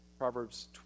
Proverbs